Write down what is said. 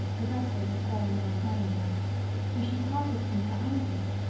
the vessel was very near foundering for she parted from her anchors,